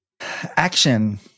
Action